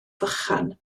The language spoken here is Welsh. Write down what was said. vychan